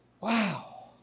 Wow